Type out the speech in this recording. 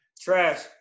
Trash